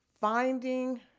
finding